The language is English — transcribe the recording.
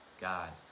guys